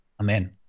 Amen